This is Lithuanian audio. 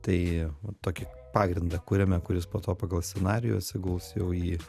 tai tokį pagrindą kuriame kuris po to pagal scenarijų atsigaus jau į